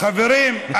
חברים,